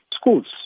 Schools